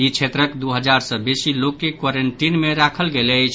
ई क्षेत्रक दू हजार सँ बेसी लोक के क्वारेंटीन मे राखल गेल अछि